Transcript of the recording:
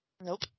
Nope